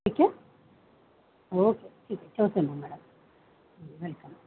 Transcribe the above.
ठीक आहे ओके ठीक आहे ठेवते मग मॅडम वेलकम